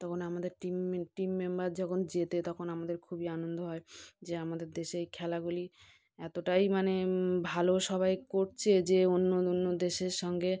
তকন আমাদের টিম মি team member যখন জেতে তখন আমাদের খুবই আনন্দ হয় যে আমাদের দেশে এই খেলাগুলি এতটাই মানে ভালো সবাই করছে যে অন্য অন্য দেশের সঙ্গে